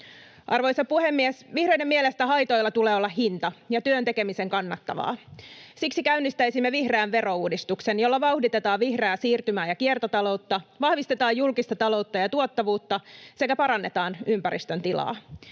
Arvoisa puhemies! Vihreiden mielestä haitoilla tulee olla hinta ja työn tekemisen kannattavaa. Siksi käynnistäisimme vihreän verouudistuksen, jolla vauhditetaan vihreää siirtymää ja kiertotaloutta, vahvistetaan julkista taloutta ja tuottavuutta sekä parannetaan ympäristön tilaa.